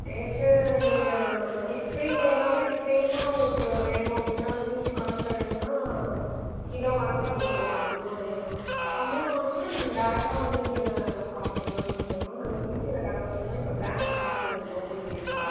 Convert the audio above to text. rate நீங்கள் ice cream எல்லாமே கிரீமா உங்களுக்கு வேணும் அப்படின்னா ஸ்கூப் கணக்கில் வேணுன்னால் கிலோ கணக்கில் கொடுப்போம் அதிகமாக வேணுன்னால் கம்மியாக வாங்கினீங்கன்னா நீங்கள் டேரெக்டாக வந்து இங்கே சாப்பிட்றதுனாலும் சாப்டல்லாம் நாங்கள் திருச்சியில் கடை வச்சுருக்கோம் இப்போ பிரான்ச் நாகப்பட்டினத்தில் ஓப்பன் பண்ணிஉய்ருக்கோம்